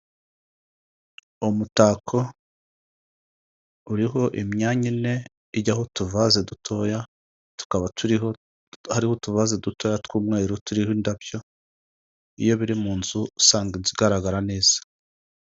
Uwo mutako, uriho imyanya ine, ijyaho utuvase dutoya, tukaba turiho, hariho utuvaze dutoya tw'umweru, turiho indabyo. Iyo biri mu nzu, usanga inzu igaragara neza.